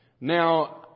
Now